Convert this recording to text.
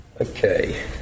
Okay